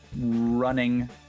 running